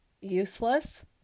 useless